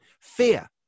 fear